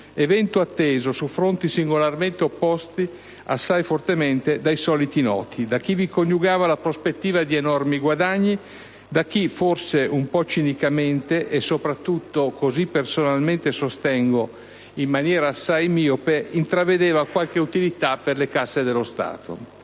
evento atteso, su fronti singolarmente opposti, assai fortemente dai soliti noti: da chi vi coniugava la prospettiva di enormi guadagni; da chi, forse un po' cinicamente, e soprattutto (così personalmente sostengo) in maniera assai miope, intravedeva qualche utilità per le casse dello Stato.